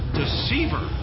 deceiver